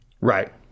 Right